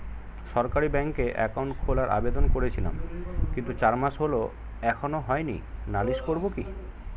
সরকারি ব্যাংকে একাউন্ট খোলার আবেদন করেছিলাম কিন্তু চার মাস হল এখনো হয়নি নালিশ করব কি?